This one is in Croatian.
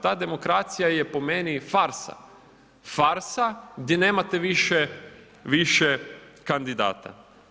Ta demokracija je po meni farsa, farsa gdje nemate više kandidata.